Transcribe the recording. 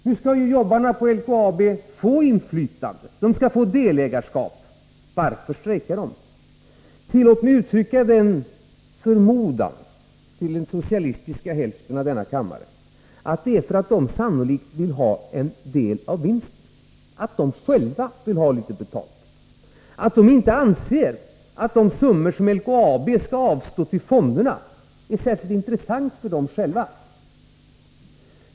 Nu skall jobbarna på LKAB få inflytande och delägarskap — varför strejkar de? Tillåt mig uttrycka den förmodan till den socialistiska hälften av denna kammare, att det är för att de sannolikt vill ha en del av vinsten, att de själva vill ha litet betalt, att de inte anser att de summor som LKAB skall avstå till fonderna är särskilt intressanta för dem själva.